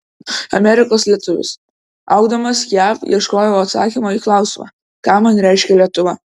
amerikos lietuvis augdamas jav ieškojau atsakymo į klausimą ką man reiškia lietuva